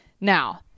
Now